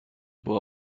była